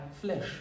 flesh